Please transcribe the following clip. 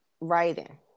writing